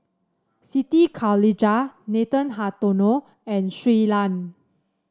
Siti Khalijah Nathan Hartono and Shui Lan